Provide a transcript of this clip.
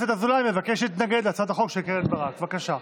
בבקשה.